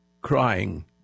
crying